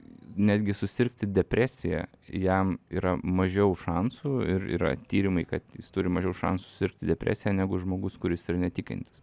netgi susirgti depresija jam yra mažiau šansų ir yra tyrimai kad jis turi mažiau šansų susirgti depresija negu žmogus kuris yra netikintis